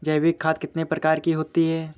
जैविक खाद कितने प्रकार की होती हैं?